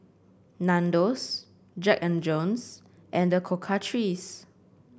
Nandos Jack And Jones and The Cocoa Trees